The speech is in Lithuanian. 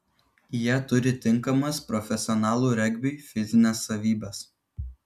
jie turi tinkamas profesionalų regbiui fizines savybes